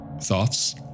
thoughts